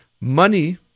Money